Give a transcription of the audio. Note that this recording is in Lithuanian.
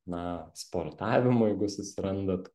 na sportavimu jeigu susirandat